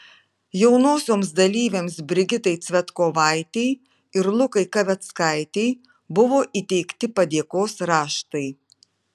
jaunosioms dalyvėms brigitai cvetkovaitei ir lukai kaveckaitei buvo įteikti padėkos raštai